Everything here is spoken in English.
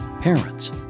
parents